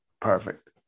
perfect